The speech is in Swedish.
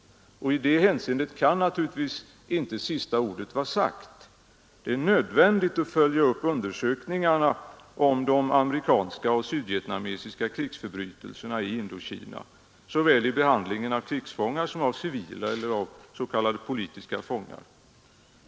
I det hänseendet kan naturligtvis inte sista ordet ännu vara sagt. Det är nödvändigt att följa upp undersökningarna om de amerikanska och sydvietnamesiska krigsförbrytelserna i Indokina genom att undersöka behandlingen av såväl krigsfångar som civila eller s.k. politiska fångar.